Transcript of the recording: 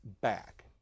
back